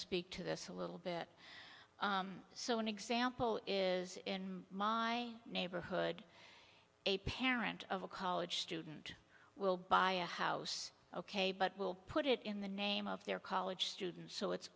speak to this a little bit so an example is in my neighborhood a parent of a college student will buy a house ok but will put it in the name of their college student so it